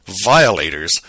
Violators